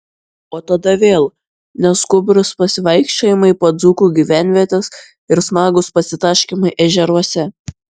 o tada vėl neskubrūs pasivaikščiojimai po dzūkų gyvenvietes ir smagūs pasitaškymai ežeruose